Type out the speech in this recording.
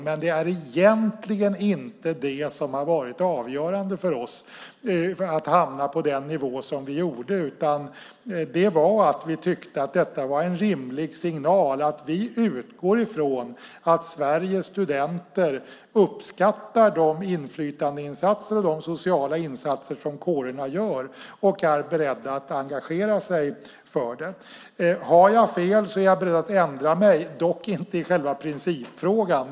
Men det var egentligen inte det som var avgörande för att vi hamnade på den nivå som vi gjorde, utan det var att vi tyckte att detta var en rimlig signal: Vi utgår ifrån att Sveriges studenter uppskattar de inflytandeinsatser och de sociala insatser som kårerna gör och att de är beredda att engagera sig för det. Har jag fel är jag beredd att ändra mig, dock inte i själva principfrågan.